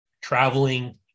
traveling